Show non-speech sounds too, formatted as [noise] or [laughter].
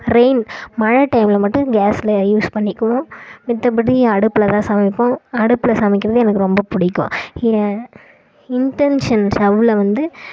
rain மழை டைமில் மட்டும் கேஸ்சில யூஸ் பண்ணிக்குவோம் மத்தபடி அடுப்பிலதான் சமைப்போம் அடுப்பில சமைக்கிறது எனக்கு ரொம்ப பிடிக்கும் [unintelligible] இண்டன்ஷன் ஸ்டவ்வில வந்து